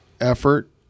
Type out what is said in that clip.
effort